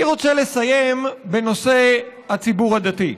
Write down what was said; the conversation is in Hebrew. אני רוצה לסיים בנושא הציבור הדתי,